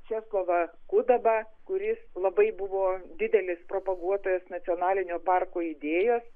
česlovą kudabą kuris labai buvo didelis propaguotojas nacionalinio parko idėjos